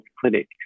clinic